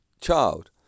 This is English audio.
child